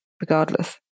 regardless